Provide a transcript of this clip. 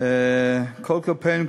כל קמפיין,